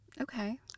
Okay